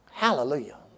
Hallelujah